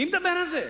מי מדבר על זה?